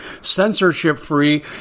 censorship-free